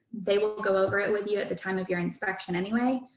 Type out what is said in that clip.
they will go over it with you at the time of your inspection anyway.